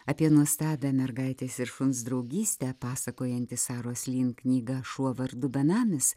apie nuostabią mergaitės ir šuns draugystę pasakojanti saros lyn knyga šuo vardu benamis